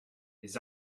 les